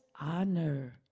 honor